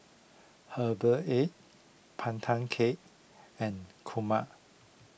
Herbal Egg Pandan Cake and Kurma